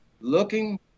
looking